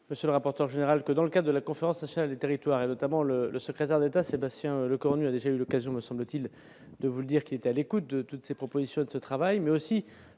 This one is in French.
monsieur le rapporteur général que dans le cas de la conférence nationale des territoires et notamment le le secrétaire d'État, Sébastien Lecornu a déjà eu l'occasion, me semble-t-il, de vous dire qui était à l'écoute de toutes ces propositions de ce travail, mais aussi